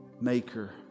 maker